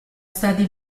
stati